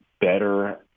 better